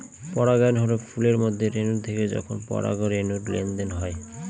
পরাগায়ন হল ফুলের মধ্যে রেনু থেকে যখন পরাগরেনুর লেনদেন হয়